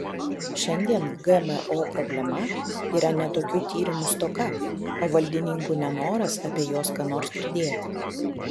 šiandien gmo problema yra ne tokių tyrimų stoka o valdininkų nenoras apie juos ką nors girdėti